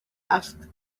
asked